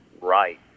right